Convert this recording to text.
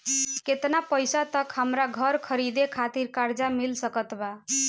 केतना पईसा तक हमरा घर खरीदे खातिर कर्जा मिल सकत बा?